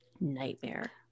nightmare